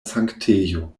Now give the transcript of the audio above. sanktejo